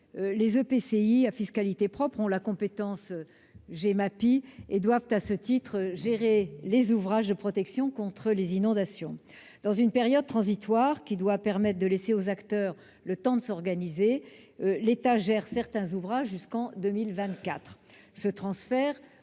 les EPCI à fiscalité propre exercent la compétence Gemapi et doivent, à ce titre, gérer les ouvrages de protection contre les inondations. Dans une période transitoire, qui doit donner aux acteurs le temps de s'organiser, l'État gère certains ouvrages jusqu'en 2024. Le transfert